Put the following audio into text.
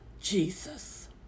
Jesus